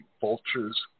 vultures